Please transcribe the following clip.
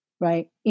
right